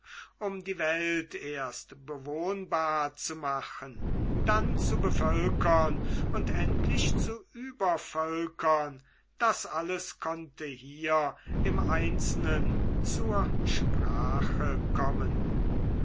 um die welt erst bewohnbar zu machen dann zu bevölkern und endlich zu übervölkern das alles konnte hier im einzelnen zur sprache kommen